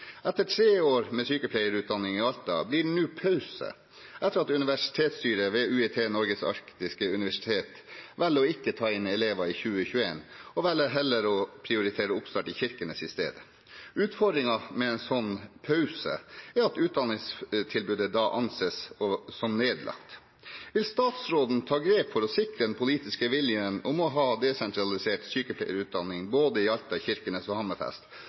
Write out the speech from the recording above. Etter tre år med sykepleierutdanning i Alta blir det nå pause, etter at universitetsstyret ved UiT Norges arktiske universitet velger å ikke ta inn elever i 2021 og velger heller å prioritere oppstart i Kirkenes i stedet. Utfordringen med en sånn pause er at utdanningstilbudet da anses som nedlagt. Vil statsråden ta grep for å sikre den politiske viljen til å ha desentralisert sykepleierutdanning i både Alta, Kirkenes og Hammerfest,